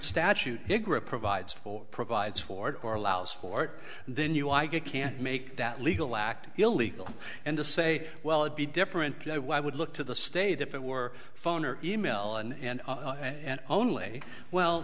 statute provides for provides ford or allow support then you i get can't make that legal lacked illegal and to say well it be different why would look to the state if it were phone or e mail and and only well